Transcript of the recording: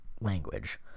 language